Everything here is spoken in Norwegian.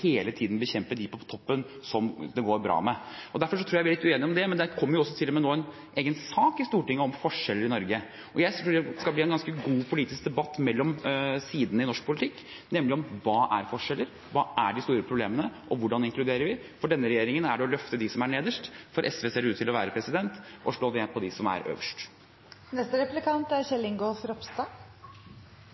hele tiden å bekjempe dem på toppen, som det går bra med. Derfor tror jeg vi er litt uenige om det. Men det kommer til og med nå en egen sak i Stortinget om forskjeller i Norge. Jeg tror det skal bli en ganske god politisk debatt mellom sidene i norsk politikk om hva forskjeller er, hva de store problemene er, og hvordan vi inkluderer. For denne regjeringen er det å løfte dem som er nederst, for SV ser det ut til å være å slå ned på dem som er øverst.